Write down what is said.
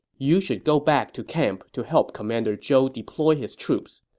you should go back to camp to help commander zhou deploy his troops.